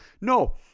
No